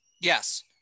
Yes